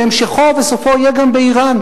והמשכו וסופו יהיה גם באירן.